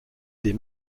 des